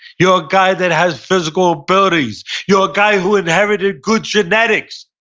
you're a guy that has physical abilities. you're a guy who inherited good genetics.